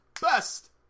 Best